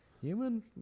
human